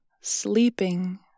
sleeping